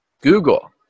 Google